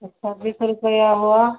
छब्बीस रुपया हुआ